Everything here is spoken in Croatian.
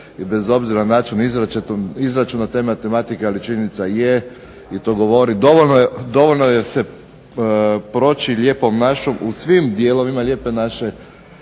bez obzira na način izračuna te matematike, ali činjenica je i to govori dovoljno je proći Lijepom našom u svim dijelovima Lijepe naše